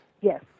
Yes